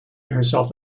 herself